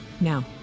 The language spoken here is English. Now